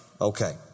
Okay